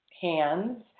hands